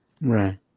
right